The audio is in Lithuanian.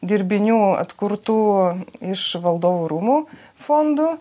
dirbinių atkurtų iš valdovų rūmų fondų